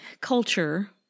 culture